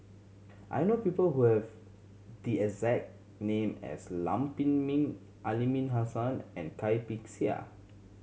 I know people who have the exact name as Lam Pin Min Aliman Hassan and Cai Bixia